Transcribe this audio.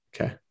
Okay